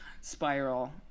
spiral